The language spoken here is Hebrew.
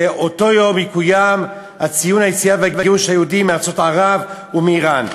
שבאותו יום יקוים ציון היציאה וגירוש היהודים מארצות ערב ומאיראן.